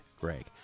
Greg